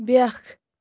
بیٛاکھ